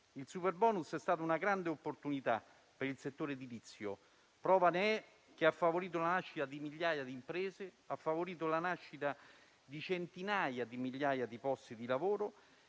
Il superbonus è stata una grande opportunità per il settore edilizio: prova ne è che ha favorito la nascita di migliaia di imprese, ha favorito la creazione di centinaia di migliaia di posti di lavoro